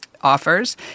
offers